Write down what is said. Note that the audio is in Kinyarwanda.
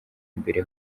mbere